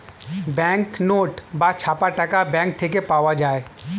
bank note বা ছাপা টাকা ব্যাঙ্ক থেকে পাওয়া যায়